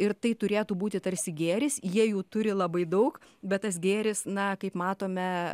ir tai turėtų būti tarsi gėris jie jų turi labai daug bet tas gėris na kaip matome